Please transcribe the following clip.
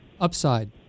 upside